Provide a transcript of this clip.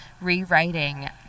rewriting